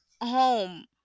home